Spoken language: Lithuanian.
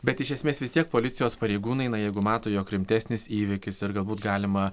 bet iš esmės vis tiek policijos pareigūnai na jeigu mato jog rimtesnis įvykis ir galbūt galima